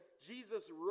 Jesus